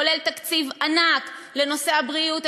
כולל תקציב ענק לבריאות,